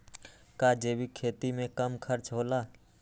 का जैविक खेती में कम खर्च होला?